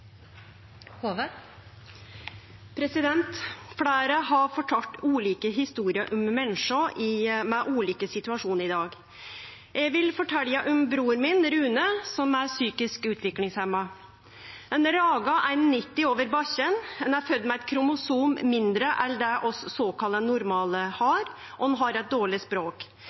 Fleire har fortalt ulike historier om menneske i ulike situasjonar i dag. Eg vil fortelje om bror min, Rune, som er psykisk utviklingshemma. Han ragar 1,90 meter over bakken, han er fødd med eit kromosom mindre enn det vi såkalla normale har, og han har dårleg språk.